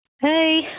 Hey